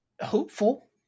hopeful